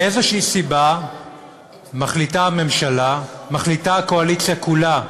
מאיזו סיבה מחליטה הממשלה, מחליטה הקואליציה כולה,